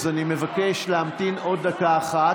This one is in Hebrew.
אם יש ח"כים בחוץ אז אני מבקש להמתין עוד דקה אחת.